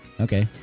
okay